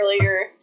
earlier